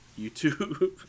YouTube